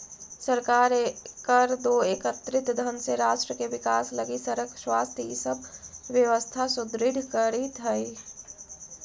सरकार कर दो एकत्रित धन से राष्ट्र के विकास लगी सड़क स्वास्थ्य इ सब व्यवस्था सुदृढ़ करीइत हई